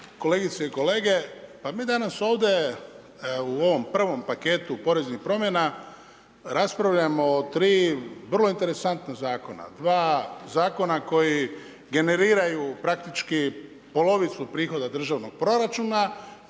kolegice i kolege. Pa mi danas ovdje u ovom prvom paketu poreznih promjena raspravljamo o tri vrlo interesantna zakona. Dva zakona koji generiraju praktički polovicu prihoda državnog proračuna